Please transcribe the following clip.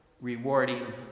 rewarding